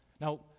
Now